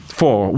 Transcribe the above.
four